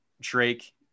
Drake